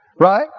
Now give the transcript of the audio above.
Right